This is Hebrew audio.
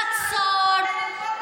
מצור,